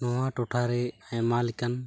ᱱᱚᱣᱟ ᱴᱚᱴᱷᱟᱨᱮ ᱟᱭᱢᱟ ᱞᱮᱠᱟᱱ